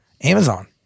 Amazon